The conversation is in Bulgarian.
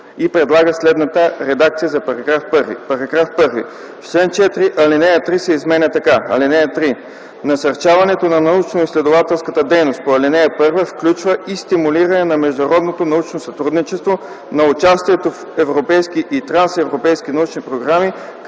и предлага следната редакция за § 1: „§ 1. В чл. 4, ал. 3 се изменя така: „(3) Насърчаването на научноизследователската дейност по ал. 1 включва и стимулиране на международното научно сътрудничество, на участието в европейски и трансевропейски научни програми,